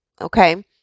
Okay